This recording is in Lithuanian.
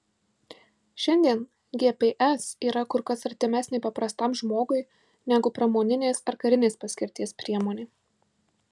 šiandien gps yra kur kas artimesnė paprastam žmogui negu pramoninės ar karinės paskirties priemonė